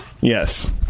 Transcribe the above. Yes